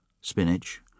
spinach